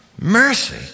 Mercy